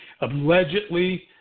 Allegedly